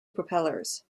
propellers